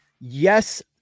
Yes